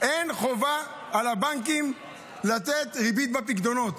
אין חובה על הבנקים לתת ריבית על הפיקדונות.